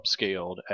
upscaled